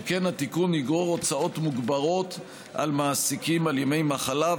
שכן התיקון יגרור הוצאות מוגברות של מעסיקים על ימי מחלה,